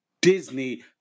Disney